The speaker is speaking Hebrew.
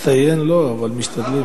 מצטיין לא, אבל משתדלים.